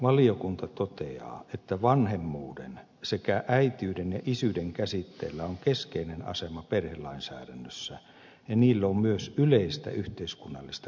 valiokunta toteaa että vanhemmuuden sekä äitiyden ja isyyden käsitteillä on keskeinen asema perhelainsäädännössä ja niillä on myös yleistä yhteiskunnallista merkitystä